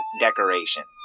decorations